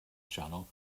channel